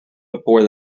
before